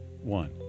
One